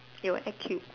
you will act cute